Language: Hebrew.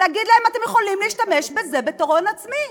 להגיד להם: אתם יכולים להשתמש בזה בתור הון עצמי.